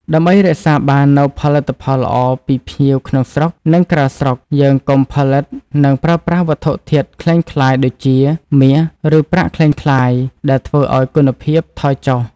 ដើម្បីរក្សាបាននូវផលិតផលល្អពីភ្ញៀវក្នុងស្រុកនិងក្រៅស្រុកយើងកុំផលិតនិងប្រើប្រាស់វត្ថុធាតុក្លែងក្លាយដូចជា មាស ឬប្រាក់ក្លែងក្លាយដែលធ្វើឲ្យគុណភាពថយចុះ។